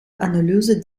analyse